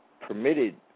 Permitted